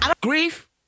Grief